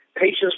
Patients